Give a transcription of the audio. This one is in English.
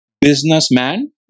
Businessman